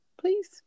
Please